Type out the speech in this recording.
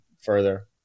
further